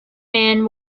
man